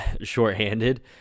shorthanded